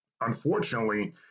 Unfortunately